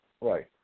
Right